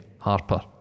Harper